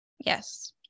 yes